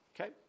okay